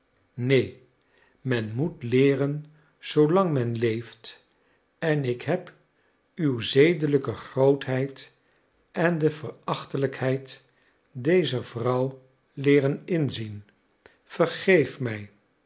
neen men moet leeren zoolang men leeft en ik heb uw zedelijke grootheid en de verachtelijkheid dezer vrouw leeren inzien vergeef mij